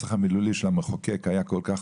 שהנוסח המילולי של המחוקק היה כל כך